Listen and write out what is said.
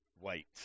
wait